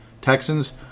Texans